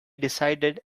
decided